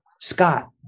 Scott